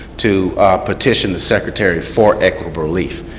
to petition the secretary for equitable relief.